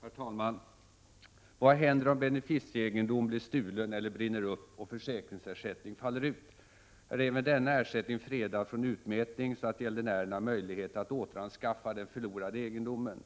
Herr talman! Vad händer om beneficieegendom blir stulen eller brinner upp och försäkringsersättning faller ut? Är även denna ersättning fredad från utmätning, så att gäldenären har möjlighet att återanskaffa den förlorade egendomen?